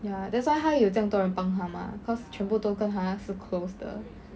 ya that's why 她有这样多人帮她吗 cause 全部都跟她是 close 的